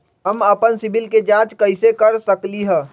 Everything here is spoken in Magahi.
हम अपन सिबिल के जाँच कइसे कर सकली ह?